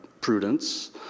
prudence